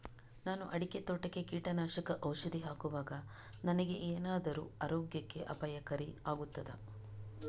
ನಾನು ಅಡಿಕೆ ತೋಟಕ್ಕೆ ಕೀಟನಾಶಕ ಔಷಧಿ ಹಾಕುವಾಗ ನನಗೆ ಏನಾದರೂ ಆರೋಗ್ಯಕ್ಕೆ ಅಪಾಯಕಾರಿ ಆಗುತ್ತದಾ?